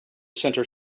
center